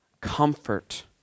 Comfort